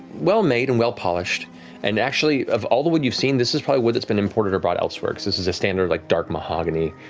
well-made and well-polished and, actually, of all the wood you've seen, this is probably wood that's been imported abroad elsewhere because this is a standard, like dark mahogany,